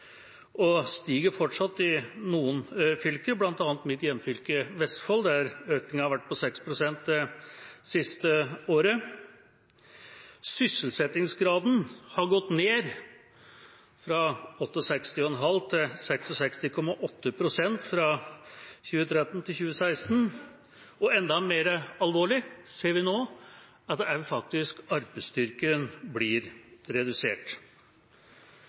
og stiger fortsatt i noen fylker, bl.a. i mitt hjemfylke, Vestfold, der økningen har vært på 6 pst. det siste året. Sysselsettingsgraden har gått ned – fra 68,5 pst. til 66,8 pst. fra 2013 til 2016. Enda mer alvorlig er det at vi nå ser at også arbeidsstyrken blir redusert.